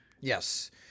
Yes